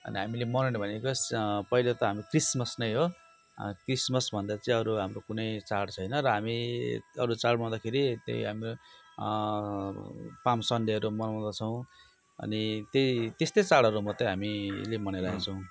अनि हामीले मनाउने भनेको पहिला त हाम्रो क्रिसमस नै हो क्रिसमस भन्दा चाहिँ अरू हाम्रो कुनै चाड छैन र हामी एउटा चाड मनाउँदाखेरि त्यही हाम्रो पाल्म सन्डेहरू मनाउँदछौँ अनि त्यही त्यस्तै चाडहरू मात्रै हामीले मनाइ रहेछौँ